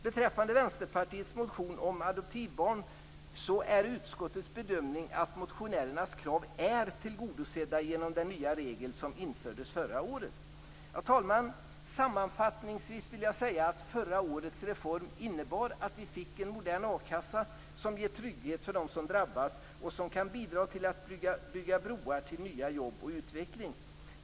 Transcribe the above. Vad avser Vänsterpartiets motion om adoptivbarn är utskottets bedömning den att motionärernas krav är tillgodosedda genom den nya regel som infördes förra året. Fru talman! Jag vill sammanfattningsvis säga att förra årets reform innebar att vi fick en modern akassa som ger trygghet för dem som drabbas och som kan bidra till att bygga broar till nya jobb och utveckling.